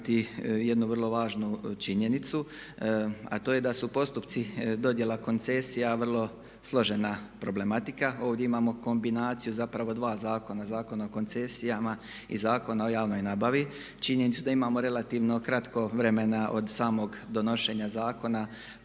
jednu vrlo važnu činjenicu a to je da su postupci dodjela koncesija vrlo složena problematika. Ovdje imamo kombinaciju zapravo dva zakona, Zakona o koncesijama i Zakona o javnoj nabavi. Činjenicu da imamo relativno kratko vremena od samog donošenja zakona